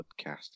podcast